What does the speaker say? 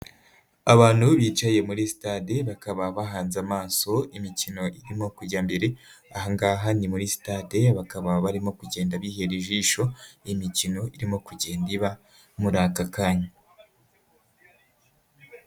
Abantu bicaye muri sitade bakaba bahanze amaso imikino irimo kujya mbere, aha ngaha ni muri sitade bakaba barimo kugenda bihera ijisho imikino irimo kugenda iba muri aka kanya.